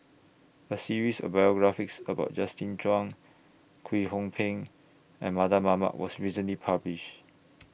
A series of biographies about Justin Zhuang Kwek Hong Png and Mardan Mamat was recently published